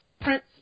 Prince